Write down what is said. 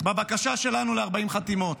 לבקשה שלנו ב-40 חתימות.